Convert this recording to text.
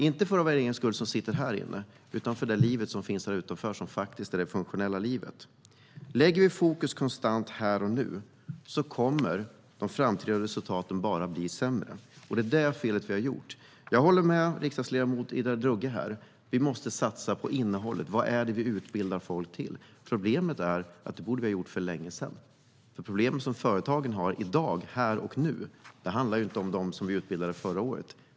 Inte för vår egen skull, alltså vi som sitter här inne, utan för det liv som finns utanför och faktiskt är det funktionella livet. Lägger vi konstant fokus här och nu kommer de framtida resultaten bara att bli sämre, och det är det felet vi har gjort. Jag håller med riksdagsledamot Ida Drougge om att vi måste satsa på innehållet. Vad är det vi utbildar folk till? Problemet är att vi borde ha gjort det för länge sedan, för det problem företagen har i dag - här och nu - handlar inte om dem vi utbildade förra året.